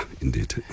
indeed